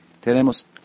tenemos